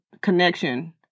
connection